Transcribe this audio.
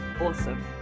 awesome